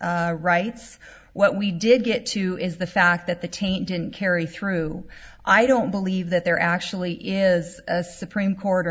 rights what we did get to is the fact that the taynton carrie through i don't believe that there actually is a supreme court or